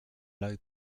low